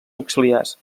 auxiliars